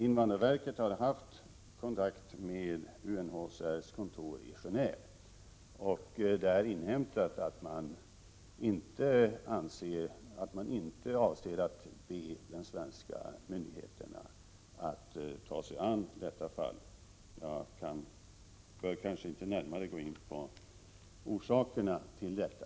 Invandrarverket har haft kontakt med UNHCR i Genéve och där inhämtat att man inte avser att be de svenska myndigheterna att ta sig an detta fall. Jag bör kanske inte närmare gå in på orsakerna till detta.